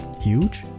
huge